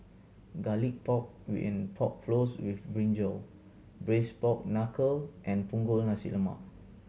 Garlic Pork and Pork Floss with brinjal Braised Pork Knuckle and Punggol Nasi Lemak